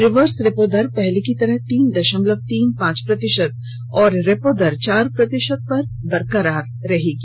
reverse repo दर पहले की तरह तीन दशमलव तीन पांच प्रतिशत और रेपो दर चार प्रतिशत पर बरकरार रहेगी